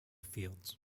fields